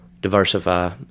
diversify